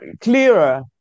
clearer